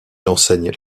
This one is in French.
enseigne